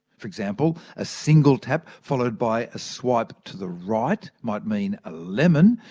for example, a single tap followed by a swipe to the right might mean a lemon,